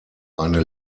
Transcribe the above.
eine